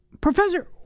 Professor